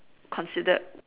considered